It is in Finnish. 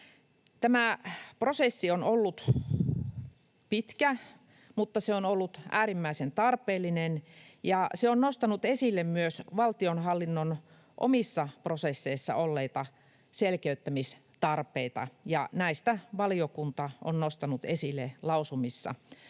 Tämä prosessi on ollut pitkä, mutta se on ollut äärimmäisen tarpeellinen. Se on myös nostanut esille valtionhallinnon omissa prosesseissa olleita selkeyttämistarpeita, ja näistä valiokunta on nostanut esille lausumissa